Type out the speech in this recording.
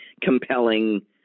compelling